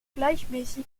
gleichmäßig